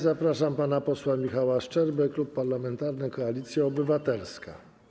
Zapraszam pana posła Michała Szczerbę, Klub Parlamentarny Koalicja Obywatelska.